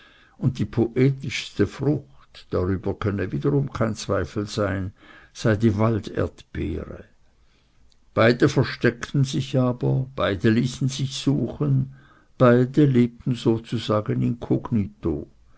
und die poetischste frucht darüber könne wiederum kein zweifel sein sei die walderdbeere beide versteckten sich aber beide ließen sich suchen beide lebten sozusagen inkognito